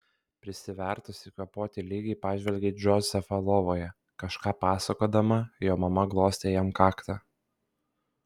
prisivertusi kvėpuoti lygiai pažvelgė į džozefą lovoje kažką pasakodama jo mama glostė jam kaktą